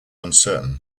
uncertain